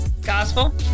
Gospel